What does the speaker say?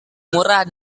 murah